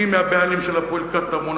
אני מהבעלים של "הפועל קטמון",